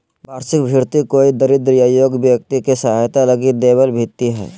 वार्षिक भृति कोई दरिद्र या योग्य व्यक्ति के सहायता लगी दैबल भित्ती हइ